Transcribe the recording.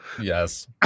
Yes